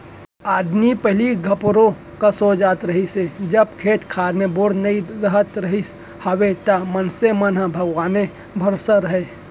आदमी पहिली धपोरे कस हो जात रहिस हे जब खेत खार म बोर नइ राहत रिहिस हवय त मनसे मन ह भगवाने भरोसा राहय